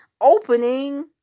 opening